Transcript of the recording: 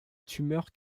tumeur